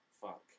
Fuck